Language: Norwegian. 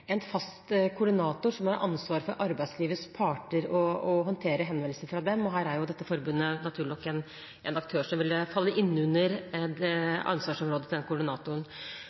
en fast koordinator som har ansvar for arbeidslivets parter og for å håndtere henvendelser fra dem. Her er dette forbundet naturlig nok en aktør som ville falle inn under ansvarsområdet til den koordinatoren.